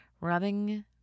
rubbing